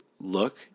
look